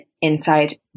inside